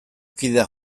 kideak